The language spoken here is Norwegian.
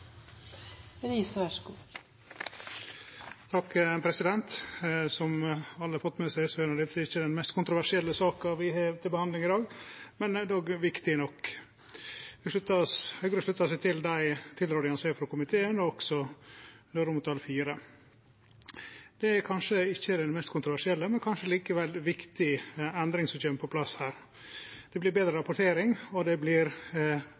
den mest kontroversielle saka vi har til behandling i dag, men ho er likevel viktig nok. Høgre sluttar seg til tilrådingane frå komiteen – også IV. Det er kanskje ikkje det mest kontroversielle, men likevel ei viktig endring som kjem på plass her. Det vert betre rapportering, og det